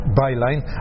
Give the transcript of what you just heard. byline